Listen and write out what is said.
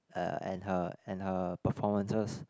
uh and her and her performances